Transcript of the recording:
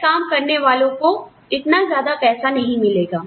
यह काम करने वाले लोगों को इतना ज्यादा पैसा नहीं मिलेगा